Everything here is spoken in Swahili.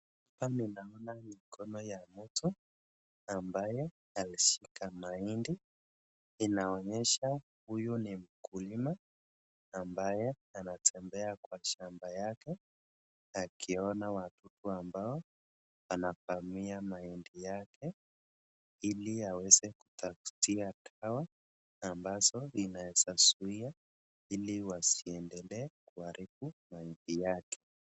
Hapa naona mkono ya mtu ambaye ameshika mahindi , inaonyesha huyu ni mkulima ambaye anatembea kwa shamba yake wakiona wadudua ambao wanafamia mahindi yake , hili aweze kutafuta dawa ambazo inaeza zuia hili wasiendele kuharibu mahindi yake.